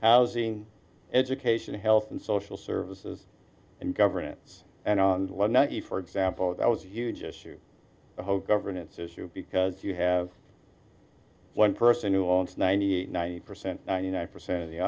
housing education health and social services and governance and on and one for example that was a huge issue governance issue because you have one person who owns ninety eight ninety percent ninety nine percent of the